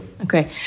Okay